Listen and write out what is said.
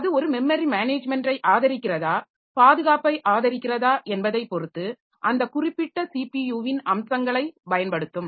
அது ஒரு மெமரி மேனஜ்மென்ட்டை ஆதரிக்கிறதா பாதுகாப்பை ஆதரிக்கிறதா என்பதைப் பொறுத்து அந்த குறிப்பிட்ட ஸிபியுவின் அம்சங்களைப் பயன்படுத்தும்